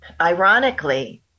ironically